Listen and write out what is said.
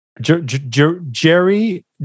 Jerry